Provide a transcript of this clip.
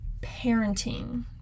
parenting